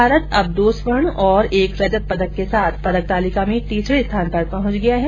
भारत अब दो स्वर्ण और एक रजत पदक के साथ पदक तालिका में तीसरे स्थान पर पहुंच गया है